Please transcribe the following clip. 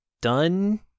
done